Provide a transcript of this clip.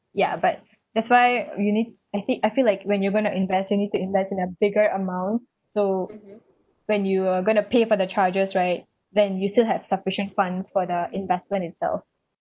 ya but that's why you need I think I feel like when you're going to invest you need to invest in a bigger amount so when you are going to pay for the charges right then you still have sufficient fund for the investment itself